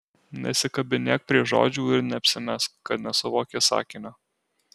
nesikabinėk prie žodžių ir neapsimesk kad nesuvoki sakinio